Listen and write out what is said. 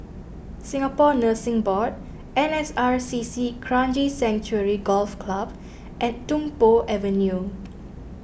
Singapore Nursing Board N S R C C Kranji Sanctuary Golf Club and Tung Po Avenue